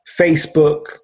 Facebook